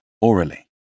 orally